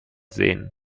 seen